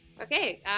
Okay